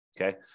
okay